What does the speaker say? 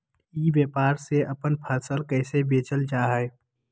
ई व्यापार से अपन फसल कैसे बेचल जा हाय?